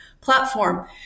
platform